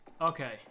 Okay